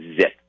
zip